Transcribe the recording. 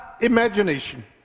imagination